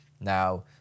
Now